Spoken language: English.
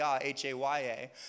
H-A-Y-A